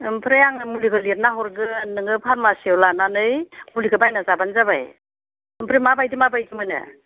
ओमफ्राय आङो मुलिखौ लिरना हरगोन नोङो फार्मासियाव लानानै मुलिखौ बायना जाबानो जाबाय ओमफ्राय माबायदि माबायदि मोनो